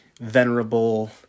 venerable